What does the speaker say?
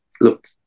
look